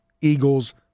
Eagles